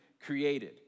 created